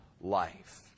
life